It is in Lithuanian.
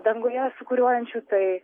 danguje sūkuriuojančių tai